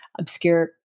obscure